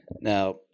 Now